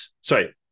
sorry